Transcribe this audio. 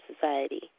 society